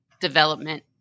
development